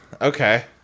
Okay